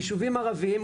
ישובים ערביים,